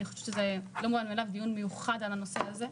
אני חושבת שזה לא מובן מאליו דיון מיוחד על הנושא הזה.